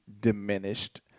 diminished